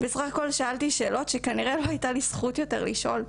בסך הכל שאלתי שאלות שכנראה לא הייתה לי זכות יותר לשאול.